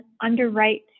underwrite